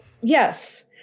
yes